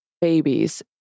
babies